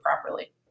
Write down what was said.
properly